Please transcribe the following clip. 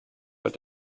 but